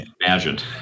imagined